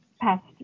past